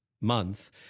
month